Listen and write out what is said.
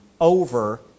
over